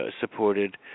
supported